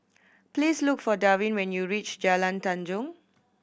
please look for Darwin when you reach Jalan Tanjong